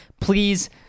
please